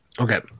Okay